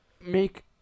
make